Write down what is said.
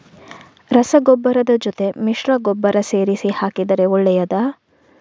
ರಸಗೊಬ್ಬರದ ಜೊತೆ ಮಿಶ್ರ ಗೊಬ್ಬರ ಸೇರಿಸಿ ಹಾಕಿದರೆ ಒಳ್ಳೆಯದಾ?